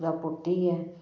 दा पुट्टियै